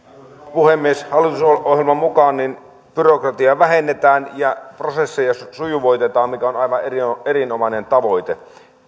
puhemies hallitusohjelman mukaan byrokratiaa vähennetään ja prosesseja sujuvoitetaan mikä on aivan erinomainen tavoite